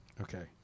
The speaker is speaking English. Okay